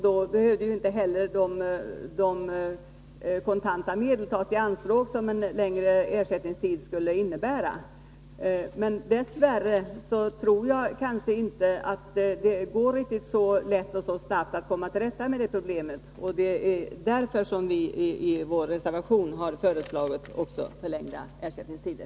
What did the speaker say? Då skulle inte heller de kontanta medel behöva tas i anspråk som en längre ersättningstid skulle innebära. Men dess värre tror jag inte att det går riktigt så lätt och så snabbt att komma till rätta med detta problem. Det är därför som vi i vår reservation har föreslagit förlängda ersättningstider.